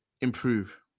improve